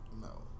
No